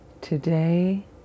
today